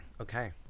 Okay